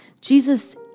Jesus